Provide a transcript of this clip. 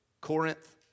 Corinth